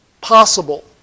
possible